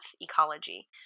ecology